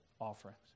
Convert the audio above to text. offerings